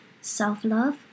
self-love